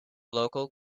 local